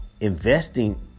investing